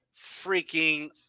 freaking